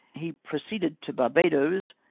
he proceeded to barbadoes,